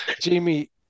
Jamie